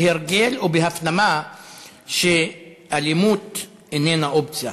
בהרגל ובהפנמה שאלימות איננה אופציה,